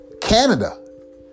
Canada